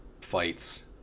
fights